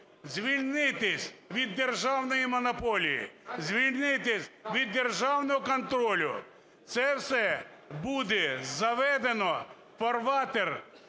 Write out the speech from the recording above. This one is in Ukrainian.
звільнитися від державної монополії, звільнитися від державного контролю, це все буде заведено в фарватер